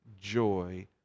joy